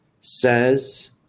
says